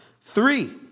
three